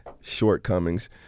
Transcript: shortcomings